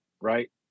right